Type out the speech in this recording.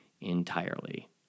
entirely